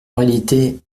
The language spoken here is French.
réalité